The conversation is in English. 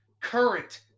current